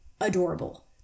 adorable